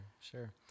sure